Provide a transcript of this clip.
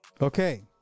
Okay